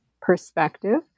perspective